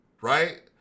right